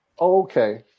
okay